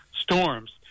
storms